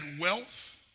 wealth